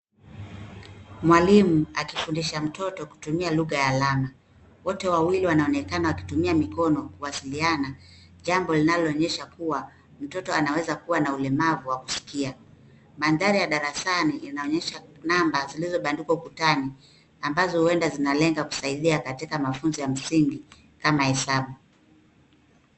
Mwalimu akimfundisha mtoto kutumia lugha ya alama. Wote wawili wanaonekana wakitumia mikono kuwasiliana jambo linaloonyesha kuwa mtoto anaweza kuwa na ulemavu wa kusikia. Mandhari ya darasani inaonyesha namba zilizobandikwa ukutani ambazo huenda zinalenga kusaidia katika mafunzo ya msingi kama hesabu.